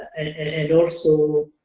and also